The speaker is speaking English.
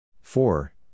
four